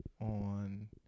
on